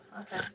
okay